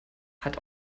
hat